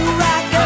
rock